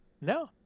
No